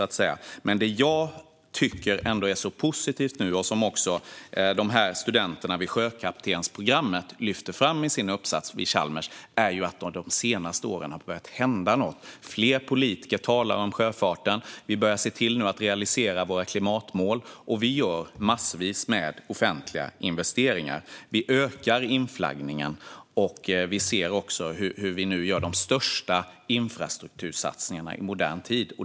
Det jag ändå tycker är så positivt nu, vilket också de här studenterna på sjökaptensprogrammet vid Chalmers lyfter fram i sin uppsats, är att det under de senaste åren har börjat hända något. Fler politiker talar om sjöfarten, vi börjar se till att realisera våra klimatmål och vi gör massvis med offentliga investeringar. Vi ökar inflaggningen, och vi gör också de största infrastruktursatsningarna i modern tid.